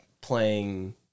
playing